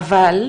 אבל,